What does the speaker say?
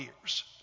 years